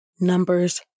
Numbers